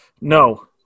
No